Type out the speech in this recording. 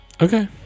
Okay